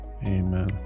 amen